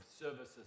services